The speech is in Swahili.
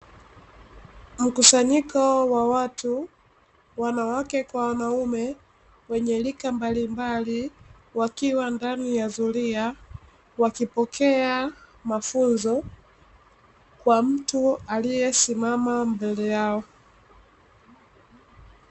Mkusanyiko wa watu, wanawake kwa wanaume wenye rika mbalimbali, wakiwa ndani ya zulia, wakipokea mafunzo kwa mtu aliyesimama mbele yao.